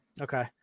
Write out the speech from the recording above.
Okay